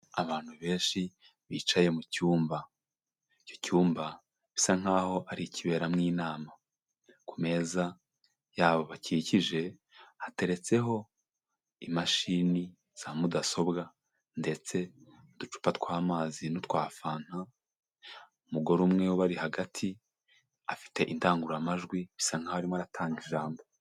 Abantu benshi bicaye mu cyumba, icyo cyumba bisa nkaho ari ikiberamo inama, ku meza yabo bakikije hateretseho imashini za mudasobwa, ndetse n'uducupa tw'amazi, n'utwa fanta, umugore umwe ubari hagati afite indangururamajwi, bisa nkaho arimo aratanga ijambo.